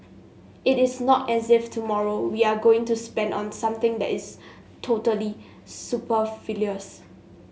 it is not as if tomorrow we are going to spend on something that is totally superfluous